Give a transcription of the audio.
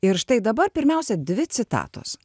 ir štai dabar pirmiausia dvi citatos